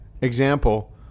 example